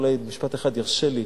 אולי משפט אחד ירשה לי.